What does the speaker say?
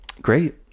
great